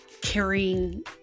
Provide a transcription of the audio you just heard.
carrying